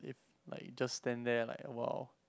if like just stand there like a while